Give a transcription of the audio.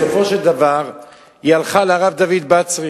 בסופו של דבר היא הלכה לרב דוד בצרי